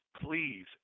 Please